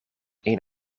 een